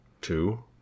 two